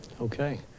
Okay